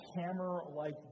hammer-like